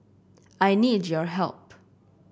I need your help